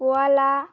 গোয়ালা